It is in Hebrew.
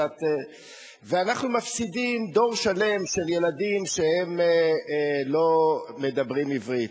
ואנחנו מפסידים דור שלם של ילדים שלא מדברים עברית,